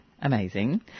Amazing